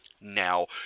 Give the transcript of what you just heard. Now